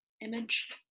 image